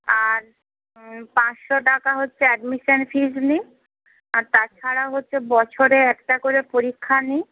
আর পাঁচশো টাকা হচ্ছে অ্যাডমিশান ফিজ নিই আর তাছাড়া হচ্ছে বছরে একটা করে পরীক্ষা নিই